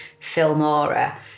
Filmora